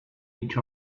each